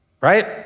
right